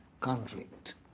conflict